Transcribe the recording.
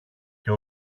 και